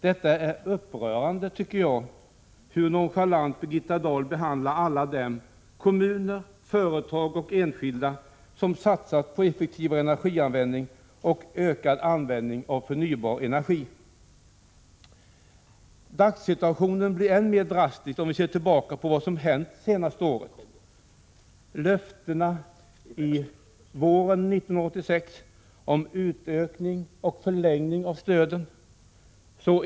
Det är upprörande, tycker jag, hur nonchalant Birgitta Dahl behandlar alla dem —- kommuner, företag och enskilda — som satsat på effektivare energianvändning och ökad användning av förnybar energi. Dagssituationen framstår som än mer drastisk om vi ser tillbaka på vad som hänt under det senaste året. Det gäller löftena från våren 1986 om utökning och förlängning av stödet.